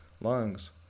lungs